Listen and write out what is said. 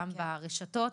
גם ברשתות,